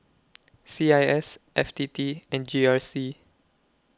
C I S F T T and G R C